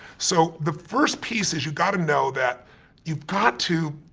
so the first piece is you've got to know that you've got to,